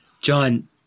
John